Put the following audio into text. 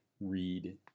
read